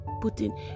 putting